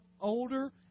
older